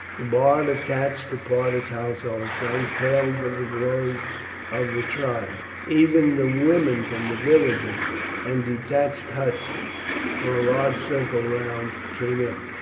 the bard attached to parta's household sang tales of the glories of the tribe, even the women from the villages and detached huts for a large circle round came in,